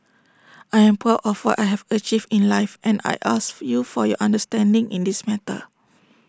I am proud of what I have achieved in life and I ask for you for your understanding in this matter